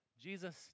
Jesus